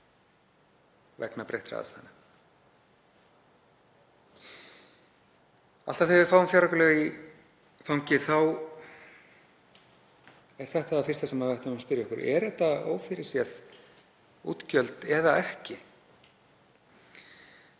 Alltaf þegar við fáum fjáraukalög í fangið er þetta það fyrsta sem við ættum að spyrja okkur að: Eru þetta ófyrirséð útgjöld eða ekki?